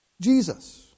Jesus